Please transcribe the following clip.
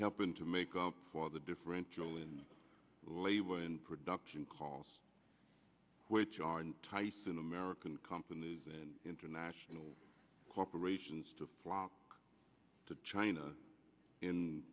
helping to make up for the differential in label and production costs which are tyson american companies and international corporations to flock to china in